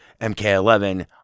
MK11